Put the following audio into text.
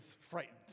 frightened